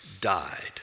died